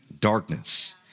darkness